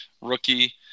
rookie